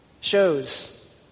shows